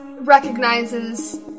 recognizes